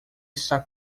está